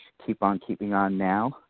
keeponkeepingonnow